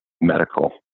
medical